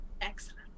Excellent